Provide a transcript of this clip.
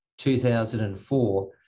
2004